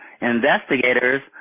investigators